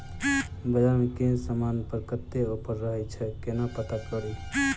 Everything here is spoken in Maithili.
बजार मे केँ समान पर कत्ते ऑफर रहय छै केना पत्ता कड़ी?